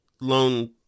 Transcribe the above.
loan